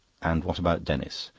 and what about denis?